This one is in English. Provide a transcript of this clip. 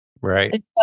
Right